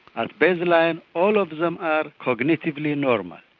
at baseline all of them are cognitively normal,